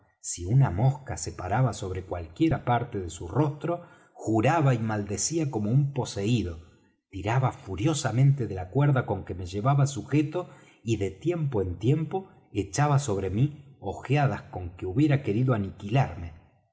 si una mosca se paraba sobre cualquiera parte de su rostro juraba y maldecía como un poseído tiraba furiosamente de la cuerda con que me llevaba sujeto y de tiempo en tiempo echaba sobre mí ojeadas con que hubiera querido aniquilarme